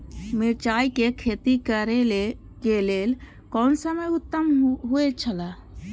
मिरचाई के खेती करे के लेल कोन समय उत्तम हुए छला?